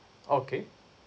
okay